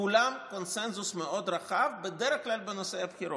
כולן בקונסנזוס מאוד רחב, בדרך כלל בנושא הבחירות.